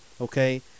okay